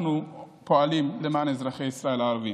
אנחנו פועלים למען אזרחי ישראל הערבים.